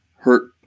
hurt